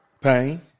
pain